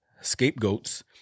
scapegoats